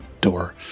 door